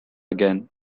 again